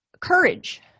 courage